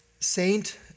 Saint